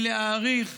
מלהעריך,